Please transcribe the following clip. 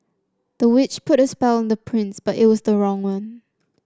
the witch put a spell on the prince but it was the wrong one